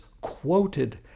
quoted